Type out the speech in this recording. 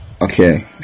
Okay